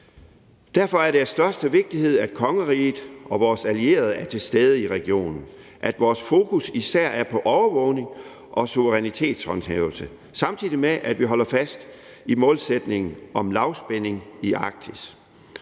Derfor er det af største vigtighed, at kongeriget og vores allierede er til stede i regionen, og at vores fokus især er på overvågning og suverænitetshåndhævelse, samtidig med at vi holder fast i målsætningen om lavspænding i Arktis